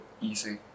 easy